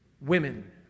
women